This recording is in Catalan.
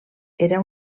era